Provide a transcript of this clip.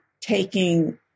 taking